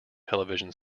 television